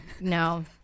No